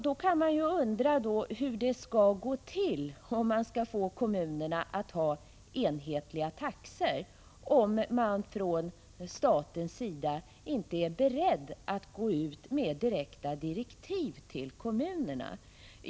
Man kan ju undra hur det skall gå till att få kommunerna att ha enhetliga taxor, om man från statens sida inte är beredd att gå ut med direkta direktiv till kommunerna.